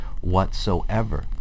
whatsoever